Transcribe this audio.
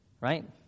right